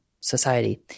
society